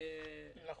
גם